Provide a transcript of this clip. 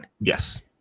Yes